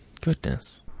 Goodness